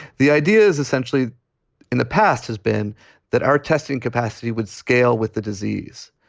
the idea is essentially in the past has been that our testing capacity would scale with the disease.